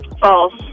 False